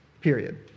period